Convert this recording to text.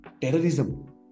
terrorism